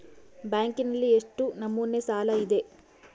ಬ್ಯಾಂಕಿನಲ್ಲಿ ಎಷ್ಟು ನಮೂನೆ ಸಾಲ ಇದೆ?